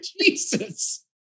Jesus